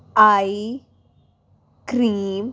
eye cream